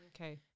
Okay